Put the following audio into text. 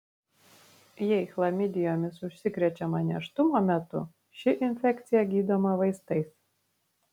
jei chlamidijomis užsikrečiama nėštumo metu ši infekcija gydoma vaistais